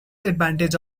advantage